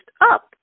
up